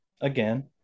again